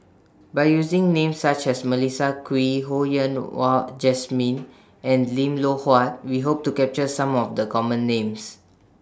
By using Names such as Melissa Kwee Ho Yen Wah Jesmine and Lim Loh Huat We Hope to capture Some of The Common Names